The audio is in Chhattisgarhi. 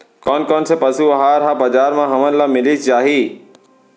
कोन कोन से पसु आहार ह बजार म हमन ल मिलिस जाही?